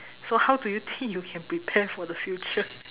so how do you think you can prepare for the future